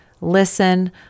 listen